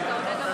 סליחה ומחילה.